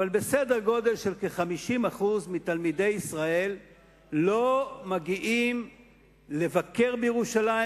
כ-50% מתלמידי ישראל לא מגיעים לבקר בירושלים,